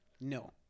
No